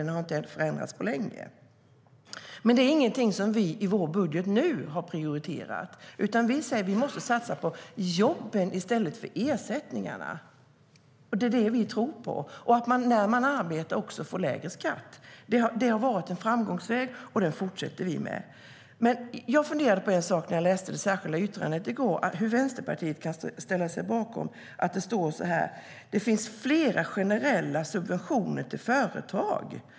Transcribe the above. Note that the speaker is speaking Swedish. Den har inte förändrats på länge. Men det är ingenting som vi i vår budget har prioriterat nu, utan vi säger att vi måste satsa på jobben i stället för på ersättningarna. Det är det vi tror på. När man arbetar får man också lägre skatt. Det har varit en framgångsväg, och den fortsätter vi på. Jag funderade på en sak när jag läste det särskilda yttrandet i går. Hur kan Vänsterpartiet ställa sig bakom att det står att det finns flera "generella subventioner till företag"?